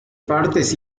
partes